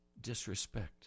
disrespect